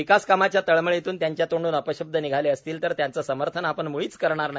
विकासकामांच्या तळमळीतून त्यांच्या तोंडून अपशब्द निघाले असतील तर त्याचे समर्थन आपण मुळीच करणार नाही